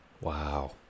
Wow